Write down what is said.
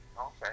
Okay